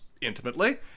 intimately